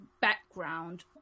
background